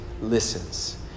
listens